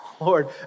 Lord